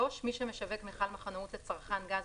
מי שמשווק מכל מחנאות לצרכן גז,